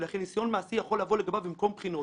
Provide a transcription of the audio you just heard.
ולכן ניסיון מעשי יכול לבוא לגביו במקום בחינות,